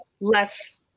less